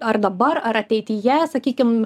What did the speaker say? ar dabar ar ateityje sakykim